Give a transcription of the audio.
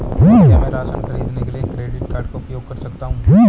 क्या मैं राशन खरीदने के लिए क्रेडिट कार्ड का उपयोग कर सकता हूँ?